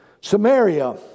Samaria